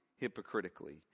hypocritically